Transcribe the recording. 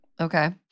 Okay